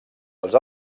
els